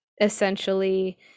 essentially